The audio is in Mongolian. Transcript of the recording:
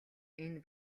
энэ